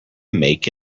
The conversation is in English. make